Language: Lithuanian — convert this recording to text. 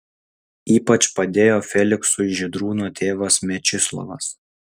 ypač padėjo feliksui žydrūno tėvas mečislovas